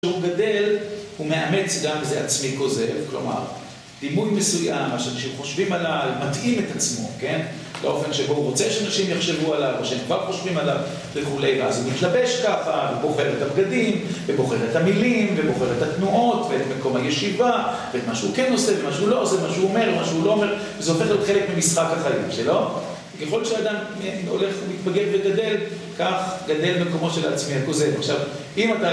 כשהוא גדל הוא מאמץ גם זה עצמי כוזב כלומר, דימוי מסוים, מה שאנשים חושבים עליי, מתאים את עצמו לאופן שבו הוא רוצה שאנשים יחשבו עליו, מה שהם כבר חושבים עליו וכולי, ואז הוא מתלבש ככה, הוא בוחר את הבגדים ובוחר את המילים ובוחר את התנועות ואת מקום הישיבה ואת מה שהוא כן עושה ומה שהוא לא עושה מה שהוא אומר ומה שהוא לא אומר, וזה הופך להיות חלק ממשחק החיים שלו. ככל שאדם הולך ומתבגר וגדל, כך גדל מקומו של העצמי הכוזב